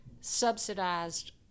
subsidized